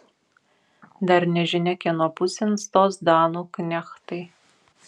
dar nežinia kieno pusėn stos danų knechtai